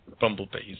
bumblebees